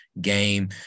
game